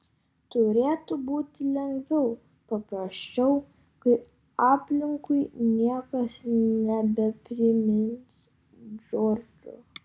turėtų būti lengviau paprasčiau kai aplinkui niekas nebeprimins džordžo